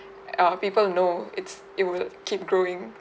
uh people know it's it will keep growing